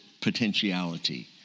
potentiality